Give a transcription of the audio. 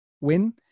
win